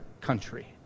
country